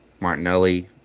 Martinelli